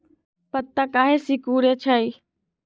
पत्ता काहे सिकुड़े छई?